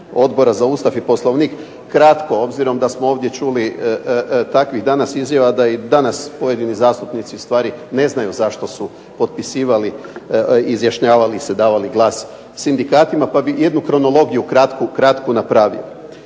Odbora za Ustav i Poslovnik kratko, obzirom da smo ovdje čuli takvih danas izjava da i danas pojedini zastupnici ustvari ne znaju zašto su potpisivali, izjašnjavali se, davali glas sindikatima pa bi jednu kronologiju kratku napravio.